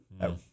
no